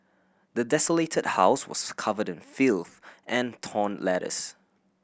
the desolated house was covered in filth and torn letters